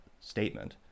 statement